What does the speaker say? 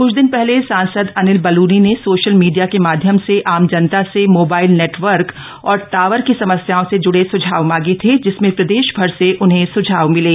कुछ दिन हले सांसद अनिल बलूनी ने सोशल मीडिया के माध्यम से आम जनता से मोबाइल नेटवर्क और टावर की समस्याओं से जुड़े सुझाव मांगे थे जिसमें प्रदेश भर से उन्हें सुझाव मिले